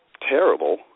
terrible